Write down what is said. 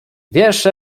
wiesz